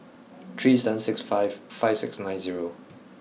three seven six five five six nine zero